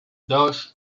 dos